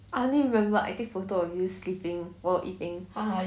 I only remember I take photo of you sleeping while eating